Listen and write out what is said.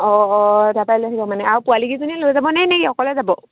অঁ অঁ তাৰ পৰাই লৈ আহিব মানে আৰু পোৱালীকেইজনী লৈ যাব নে নে অকলে যাব